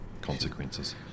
consequences